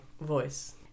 voice